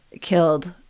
killed